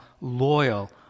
loyal